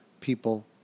people